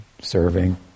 serving